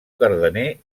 cardener